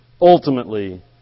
ultimately